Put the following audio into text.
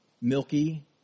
milky